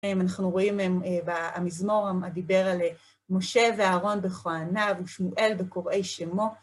אנחנו רואים במזמור, הדיבר על משה ואהרון בכהניו ושמואל בקוראי שמו.